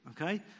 Okay